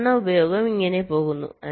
സാധാരണ ഉപയോഗം ഇങ്ങനെ പോകുന്നു